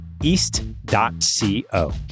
East.co